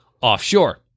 offshore